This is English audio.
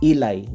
Eli